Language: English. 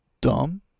dumb